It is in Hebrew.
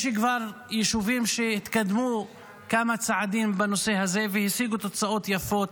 יש כבר יישובים שהתקדמו כמה צעדים בנושא הזה והשיגו תוצאות יפות